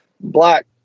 Black